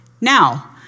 now